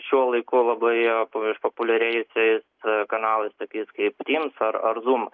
šiuo laiku labai išpopuliarėjusiais kanalais tokiais kaip tys ar zūm